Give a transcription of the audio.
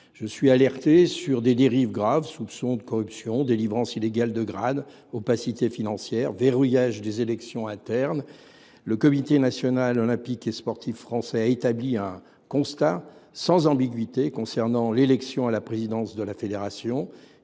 J’ai été alerté sur des dérives graves : soupçons de corruption, délivrance illégale de grades, opacité financière, verrouillage des élections internes. De plus, le Comité national olympique et sportif français (CNOSF) a établi un constat sans ambiguïté concernant l’élection à la présidence de la Fédération,